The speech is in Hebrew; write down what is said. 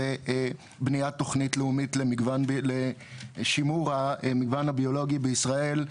זה בניית תוכנית לאומית לשימור המגוון הביולוגי בישראל.